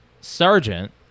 Sergeant